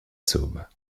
sauve